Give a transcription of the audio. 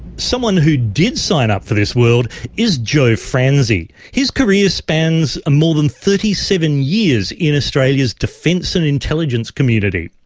someone who did sign up for this world is joe franzi. his career spans more than thirty seven years in australia's defence and intelligence community.